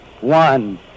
one